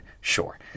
Sure